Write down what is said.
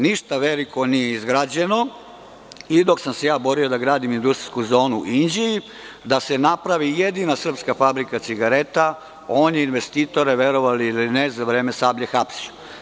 Ništa veliko nije izgrađeno i dok sam se ja borio da gradim industrijsku zonu u Inđiji, da se napravi jedina srpska fabrika cigareta, on je investitore, verovali ili ne, za vreme „Sablje“ hapsio.